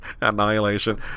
Annihilation